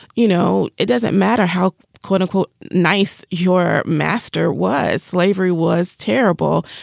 you know, it doesn't matter how quote-unquote nice your master was, slavery was terrible.